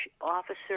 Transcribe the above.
officer